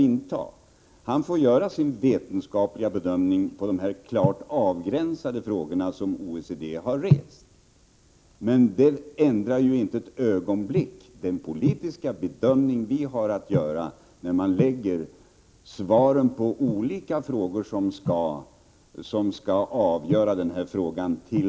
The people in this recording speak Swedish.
Vetenskapsmannen måste få göra sin vetenskapliga bedömning av det som formulerats i de klart avgränsade frågor som OECD har rest. Det ändrar emellertid inte ett ögonblick den politiska bedömning vi har att göra när vi kan lägga samman svaren på samtliga de frågor som är avgörande i sammanhanget.